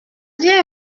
bien